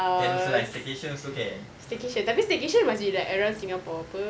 actually like staycation also can